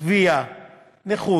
גבייה, נכות,